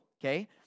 okay